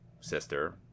sister